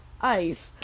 ice